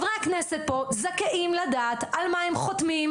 חברי הכנסת פה זכאים לדעת על מה הם חותמים,